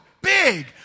big